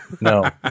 No